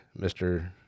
Mr